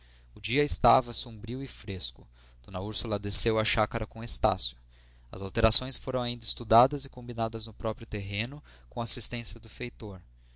este o dia estava sombrio e fresco d úrsula desceu à chácara com estácio as alterações foram ainda estudadas e combinadas no próprio terreno com assistência do feitor